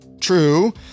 True